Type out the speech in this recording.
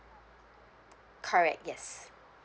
correct yes